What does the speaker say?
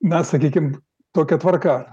na sakykim tokia tvarka